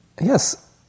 yes